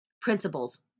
principles